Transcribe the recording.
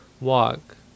walk